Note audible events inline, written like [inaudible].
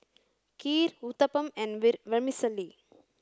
Kheer Uthapam and [unintelligible] Vermicelli